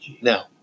Now